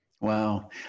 Wow